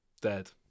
Dead